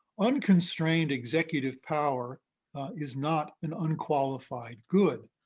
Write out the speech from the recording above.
unconstrained executive power is not an unqualified good.